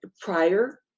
prior